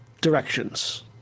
directions